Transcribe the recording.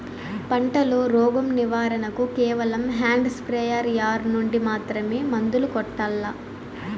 పంట లో, రోగం నివారణ కు కేవలం హ్యాండ్ స్ప్రేయార్ యార్ నుండి మాత్రమే మందులు కొట్టల్లా?